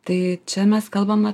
tai čia mes kalbame